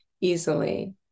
easily